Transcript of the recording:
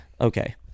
Okay